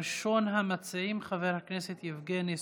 ראשון המציעים, חבר הכנסת יבגני סובה.